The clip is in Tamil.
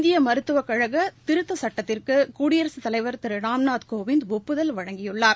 இந்திய மருத்துவக் கழக திருத்த சட்டத்திற்கு குடியரசுத் தலைவர் திரு ராம்நாத் கோவிந்த் ஒப்புதல் வழங்கியுள்ளார்